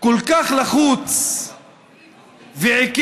כל כך לחוץ ועיקש